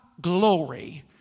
glory